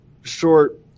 short